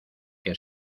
que